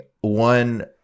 one